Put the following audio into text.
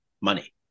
money